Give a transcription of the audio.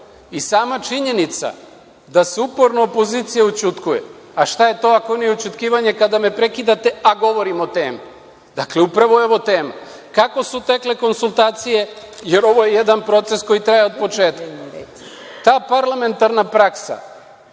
sama činjenica da se uporno opozicija ućutkuje, a šta je to ako nije ućutkivanje kada me prekidate a govorim o temi? Dakle, upravo je ovo tema. Kako su tekle konsultacije jer ovo je jedan proces koji traje od početka? Ta parlamentarna praksa